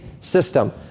system